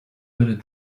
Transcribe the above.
minute